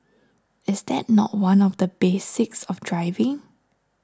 is that not one of the basics of driving